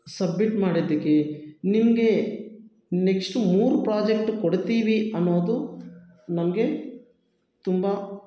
submit ಮಾಡಿದ್ದಕ್ಕೆ ನಿಮಗೆ next ಮೂರು ಪ್ರಾಜೆಕ್ಟ್ ಕೊಡ್ತೀವಿ ಅನ್ನೋದು ನಮಗೆ ತುಂಬ